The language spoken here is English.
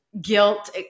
guilt